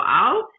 out